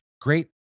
great